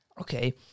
Okay